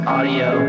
Audio